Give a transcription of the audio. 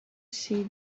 see